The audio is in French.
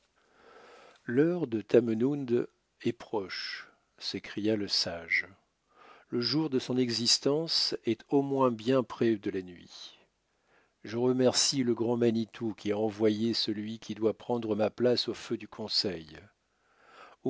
l'heure de tamenund est proche s'écria le sage le jour de son existence est au moins bien près de la nuit je remercie le grand manitou qui a envoyé celui qui doit prendre ma place au feu du conseil